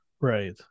Right